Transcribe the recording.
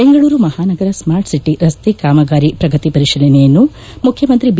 ಬೆಂಗಳೂರು ಮಹಾನಗರ smart city ರಸ್ತೆ ಕಾಮಗಾರಿ ಪ್ರಗತಿ ಪರಿಶೀಲನೆಯನ್ನು ಮುಖ್ಯಮಂತ್ರಿ ಬಿ